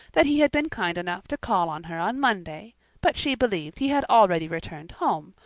that he had been kind enough to call on her on monday but she believed he had already returned home,